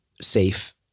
safe